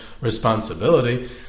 responsibility